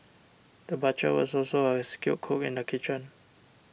the butcher was also a skilled cook in the kitchen